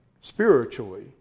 spiritually